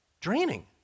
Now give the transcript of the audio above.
Draining